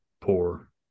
poor